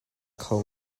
kho